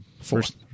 first